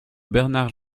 bernard